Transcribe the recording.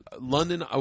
london